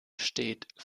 steht